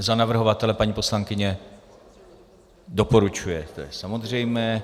Za navrhovatele paní poslankyně doporučujete, to je samozřejmé.